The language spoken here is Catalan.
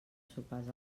sopars